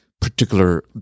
particular